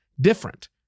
different